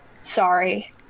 sorry